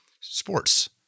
sports